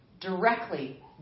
directly